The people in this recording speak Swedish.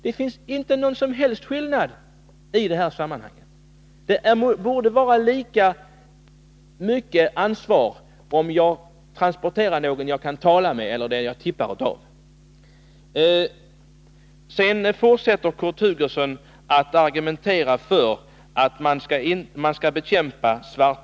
Det finns ingen som helst skillnad i detta sammanhang. Det borde vara lika stort ansvar om jag transporterar någon som jag kan tala med som om jag tippar av en last.